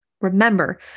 Remember